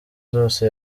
zose